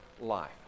life